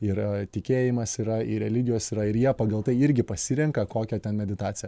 ir tikėjimas yra ir religijos yra ir jie pagal tai irgi pasirenka kokią ten meditaciją